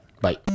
Bye